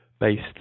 based